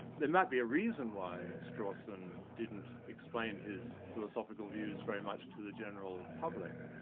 there might be a reason why strawson didn't explain his philosophical views very much to the general public,